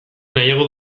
nahiago